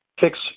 fix